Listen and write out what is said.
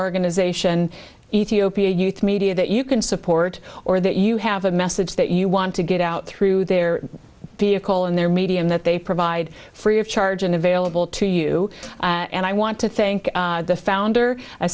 organization ethiopia youth media that you can support or that you have a message that you want to get out through their vehicle and their medium that they provide free of charge and available to you and i want to thank the founder